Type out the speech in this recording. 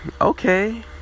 Okay